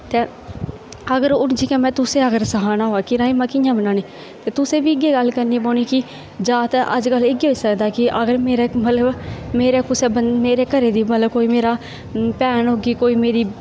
ते अगर हून जियां में हून तुसेंगी अगर सखाना होऐ कि राजमांह् कि'यां बनाने ते तुसें बी इ'यै गल्ल करनी पौनी कि जां ते अज्जकल इ'यै होई सकदा कि अगर मेरे मतलब मेरे कुसै बंदे मेरे घरै दी मतलब कोई मेरा भैन होगी कोई कोई मेरी